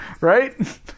right